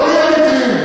בוא נהיה אמיתיים.